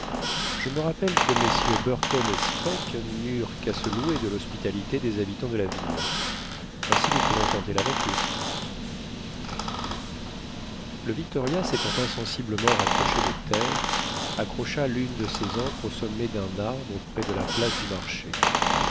je me rappelle que mm burton et speke n'eurent qu'à se louer de l'hospitalité des habitants de la ville ainsi nous pouvons tenter l'aventure le victoria s'étant insensiblement rapproché de terre accrocha l'une de ses ancres au sommet d'un arbre près de la place du marché